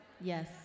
Yes